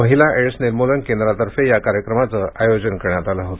महिला एडस निर्मलन केंद्रातर्फे या कार्यक्रमाचे आयोजन करण्यात आलं होते